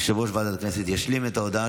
יושב-ראש ועדת הכנסת ישלים את ההודעה